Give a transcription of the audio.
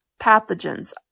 pathogens